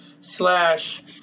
slash